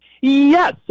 Yes